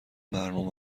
برنامه